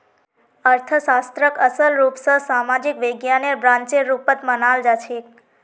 अर्थशास्त्रक असल रूप स सामाजिक विज्ञानेर ब्रांचेर रुपत मनाल जाछेक